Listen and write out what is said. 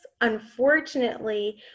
Unfortunately